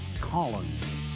Collins